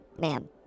Ma'am